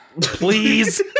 Please